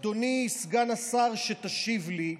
אדוני סגן השר, שתשיב לי,